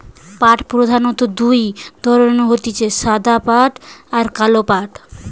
পাট প্রধানত দুই ধরণের হতিছে সাদা পাট আর কালো পাট